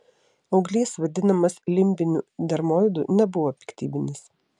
auglys vadinamas limbiniu dermoidu nebuvo piktybinis